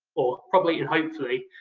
or probably and hopefully,